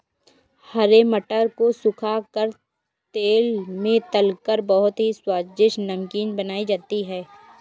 हरे मटर को सुखा कर तेल में तलकर बहुत ही स्वादिष्ट नमकीन बनाई जाती है